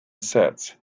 sets